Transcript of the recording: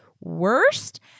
worst